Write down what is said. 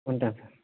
ఉంటాను సార్